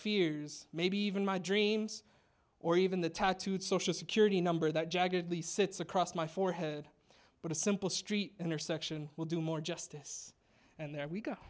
fears maybe even my dreams or even the tattooed social security number that jaggedly sits across my forehead but a simple street intersection will do more justice and there we go